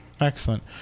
Excellent